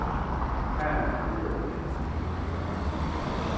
ᱦᱮᱸ ᱦᱮᱸ ᱵᱩᱡᱷᱟᱹᱣ ᱵᱮᱱ ᱞᱟᱹᱭᱮᱫ ᱠᱟᱱᱟ